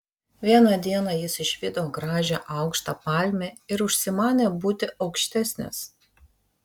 vieną dieną jis išvydo gražią aukštą palmę ir užsimanė būti aukštesnis